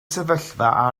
sefyllfa